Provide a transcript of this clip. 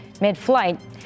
mid-flight